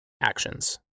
actions